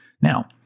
Now